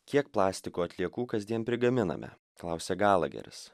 kiek plastiko atliekų kasdien prigaminame klausia galaheris